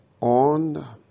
on